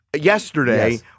yesterday